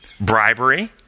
bribery